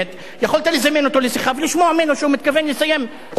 יכולת לזמן אותו לשיחה ולשמוע ממנו שהוא מתכוון לסיים תוך שנה,